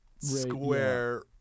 square